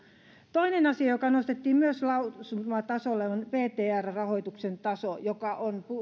toinen asia joka myös nostettiin lausuman tasolle on vtr rahoituksen taso joka on